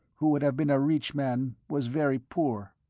who would have been a rich man, was very poor.